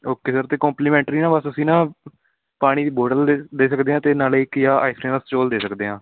okay sir ਅਤੇ complimentary ਨਾ ਬਸ ਅਸੀਂ ਨਾ ਪਾਣੀ ਦੀ ਬੋਟਲ ਦੇ ਸਕਦੇ ਹਾਂ ਅਤੇ ਨਾਲ ਇੱਕ ਜਾਂ ਆਈਸਕਰੀਮ ਦਾ ਸਟੋਲ ਦੇ ਸਕਦੇ ਹਾਂ